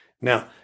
Now